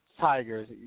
Tigers